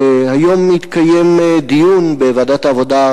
היום התקיים דיון בוועדת העבודה,